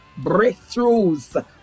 breakthroughs